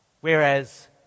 Whereas